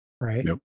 right